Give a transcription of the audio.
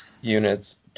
units